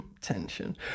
tension